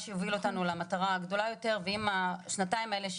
שהוא יביא אותנו למטרה הגדולה יותר ואם השנתיים האלה,